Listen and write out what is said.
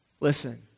Listen